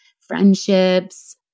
friendships